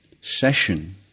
session